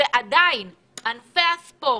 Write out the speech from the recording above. ועדיין ענפי הספורט